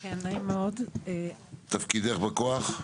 מה תפקידך בכוח?